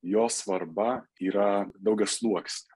jo svarba yra daugiasluoksnė